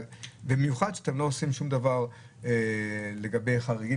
במיוחד שאתם לא עושים שום דבר לגבי חריגים